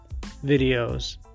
videos